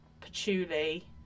patchouli